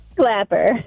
Clapper